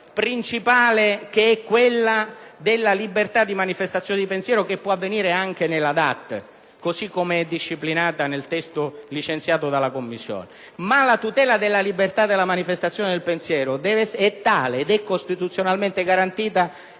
fase principale, cioè quella della libertà di manifestazione del pensiero che può avvenire anche nella DAT, così come è disciplinata nel testo licenziato dalla Commissione. La tutela della libertà e della manifestazione del pensiero, infatti, è tale, ed è costituzionalmente garantita,